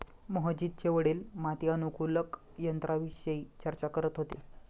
मोहजितचे वडील माती अनुकूलक यंत्राविषयी चर्चा करत होते